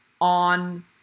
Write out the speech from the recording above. on